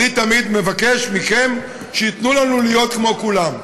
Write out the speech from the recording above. אני תמיד מבקש מכם שייתנו לנו להיות כמו כולם.